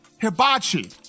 Hibachi